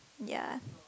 ya